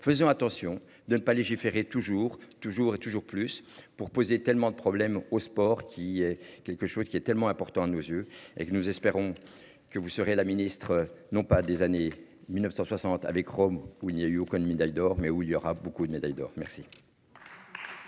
Faisons attention de ne pas légiférer toujours toujours et toujours plus pour poser tellement de problèmes au sport, qui est quelque chose qui est tellement important à nos yeux et que nous espérons que vous serez la ministre non pas des années 1960 avec Rome, où il y a eu aucune médaille d'or, mais où il y aura beaucoup de médailles d'or, merci.